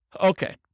Okay